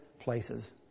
places